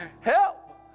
Help